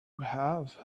have